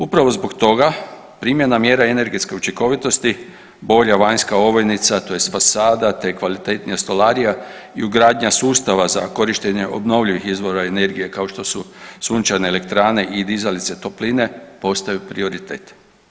Upravo zbog toga primjena mjere energetske učinkovitosti, bolja vanjska ovojnica tj. fasada, te kvalitetnija stolarija i ugradnja sustava za korištenje obnovljivih izvora energije kao što su sunčane elektrane i dizalice topline postaju prioritet.